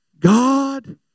God